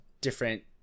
different